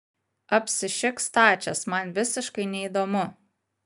apsišik stačias man visiškai neįdomu